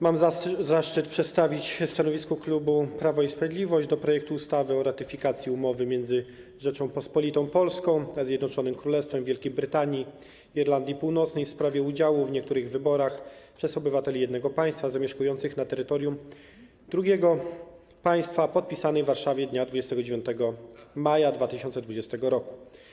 Mam zaszczyt przedstawić stanowisko klubu Prawo i Sprawiedliwość wobec projektu ustawy o ratyfikacji Umowy między Rzecząpospolitą Polską a Zjednoczonym Królestwem Wielkiej Brytanii i Irlandii Północnej w sprawie udziału w niektórych wyborach przez obywateli jednego Państwa zamieszkujących na terytorium drugiego Państwa, podpisanej w Warszawie dnia 29 maja 2020 r.